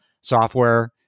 software